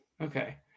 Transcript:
Okay